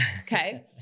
Okay